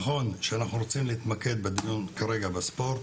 נכון שאנחנו רוצים להתמקד בדיון כרגע בספורט,